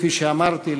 כפי שאמרתי,